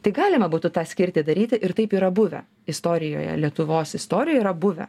tai galima būtų tą skirti daryti ir taip yra buvę istorijoje lietuvos istorijoj yra buvę